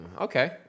Okay